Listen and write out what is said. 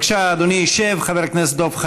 בבקשה, אדוני, חבר הכנסת דב חנין.